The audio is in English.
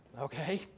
Okay